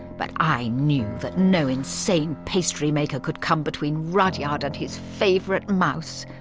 but i knew that no insane pastry maker could come between rudyard and his favourite mouse.